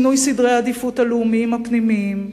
שינוי סדרי העדיפויות הלאומיים הפנימיים,